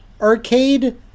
arcade